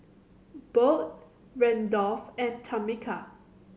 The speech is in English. Bode Randolf and Tamika